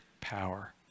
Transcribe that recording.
power